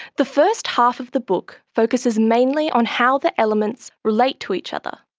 the first half of the book focuses mainly on how the elements relate to each other,